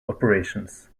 operations